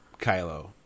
Kylo